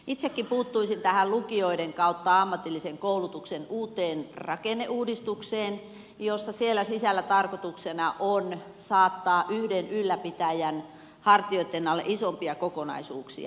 itsekin puuttuisin tähän lukioiden ja ammatillisen koulutuksen uuteen rakenneuudistukseen jossa siellä sisällä tarkoituksena on saattaa yhden ylläpitäjän hartioitten alle isompia kokonaisuuksia